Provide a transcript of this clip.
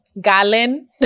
Galen